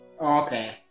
okay